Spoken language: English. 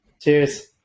Cheers